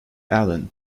allen